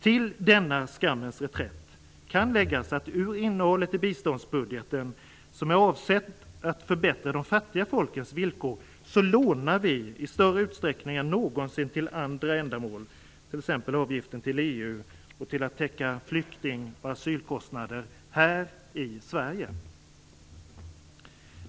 Till denna skammens reträtt kan läggas att ur innehållet i biståndsbudgeten, som är avsedd att förbättra de fattiga folkens villkor, lånar vi i större utsträckning än någonsin till andra ändamål, t.ex. till avgiften till EU och till att täcka flykting och asylkostnader här i Sverige.